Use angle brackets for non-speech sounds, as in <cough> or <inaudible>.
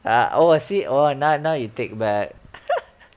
ah oh I see oh now now you take back <laughs>